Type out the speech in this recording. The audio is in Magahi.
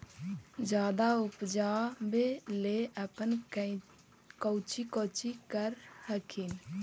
जादे उपजाबे ले अपने कौची कौची कर हखिन?